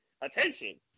attention